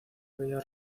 bella